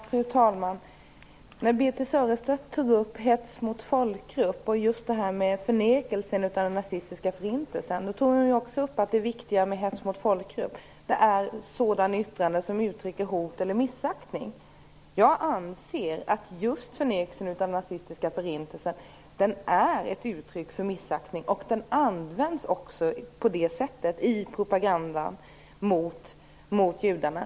Fru talman! När Birthe Sörestedt tog upp detta om hets mot folkgrupp och förnekelsen av den nazistiska förintelsen sade hon också att det viktiga med hets mot folkgrupp är sådana yttranden som uttrycker hot eller missaktning. Jag anser att just förnekelsen av den nazistiska förintelsen är ett uttryck för missaktning, och den används också på det sättet i propagandan mot judarna.